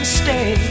stay